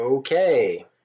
Okay